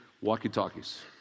walkie-talkies